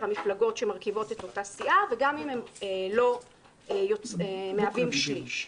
המפלגות שמרכיבות את אותה סיעה וגם אם הן לא מהווים שליש.